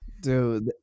Dude